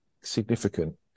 significant